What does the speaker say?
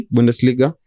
Bundesliga